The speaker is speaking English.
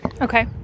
Okay